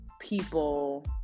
people